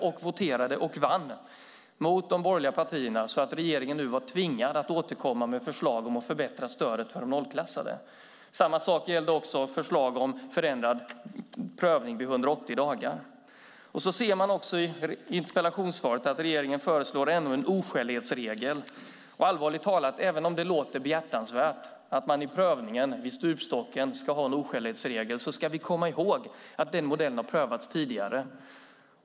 Vi voterade och vann mot de borgerliga partierna. Regeringen var nu tvingad att återkomma med förslag om att förbättra stödet för de nollklassade. Samma sak gällde förslag om förändrad prövning vid 180 dagar. Man ser också i interpellationssvaret att regeringen föreslår ännu en oskälighetsregel. Allvarligt talat: Även om det låter behjärtansvärt att man i prövningen vid stupstocken ska ha en oskälighetsregel ska vi komma ihåg att den modellen har prövats tidigare.